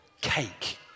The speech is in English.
cake